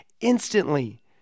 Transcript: instantly